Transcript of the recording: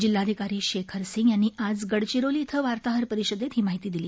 जिल्हाधिकारी शेखर सिंह यांनी आज गडचिरोली इथं वार्ताहर परिषदेत ही माहिती दिली